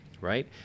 right